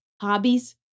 hobbies